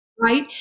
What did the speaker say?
Right